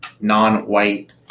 non-white